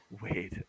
wait